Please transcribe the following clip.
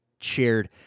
shared